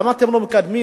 למה אתם לא מקדמים?